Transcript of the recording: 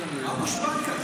די --- מה גושפנקה?